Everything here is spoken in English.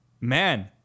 man